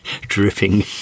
dripping